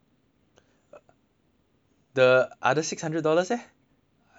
the other six hundred dollars eh I heard they're giving another six hundred right